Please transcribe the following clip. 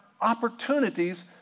opportunities